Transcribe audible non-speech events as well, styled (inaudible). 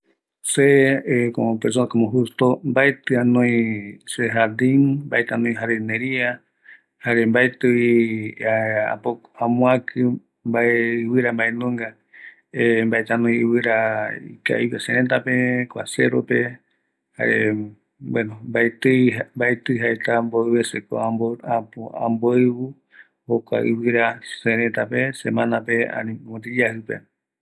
﻿Se como justo mbaeti anoi se jardín mbaeti anoi se jardineria mbaeti (hesitation) amoaki mbae ivira mbaenunga (hesitation) mbaeti anoi ivira ikavigue sereta kua se rope (hesitation) bueno mbaeti jaeko amboui se ko amboui jokua ivira sereta pe semana pe ani mopeti yaji pe